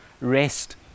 rest